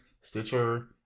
Stitcher